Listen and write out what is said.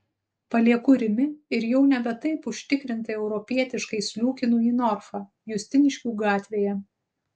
palieku rimi ir jau nebe taip užtikrintai europietiškai sliūkinu į norfą justiniškių gatvėje